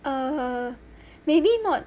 err maybe not